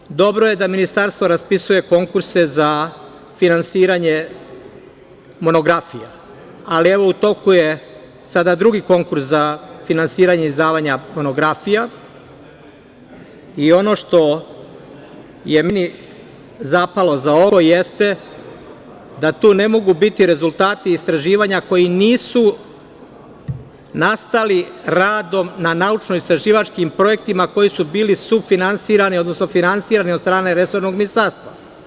Dalje, dobro je da ministarstvo raspisuje konkurse za finansiranje monografija, ali evo u toku je sada drugi konkurs za finansiranje izdavanja monografija i ono što je meni zapalo za oko jeste da tu ne mogu biti rezultati istraživanja koji nisu nastali radom na naučno – istraživačkim projektima koji su bili sufinansirani, odnosno finansirani od strane resornog ministarstva.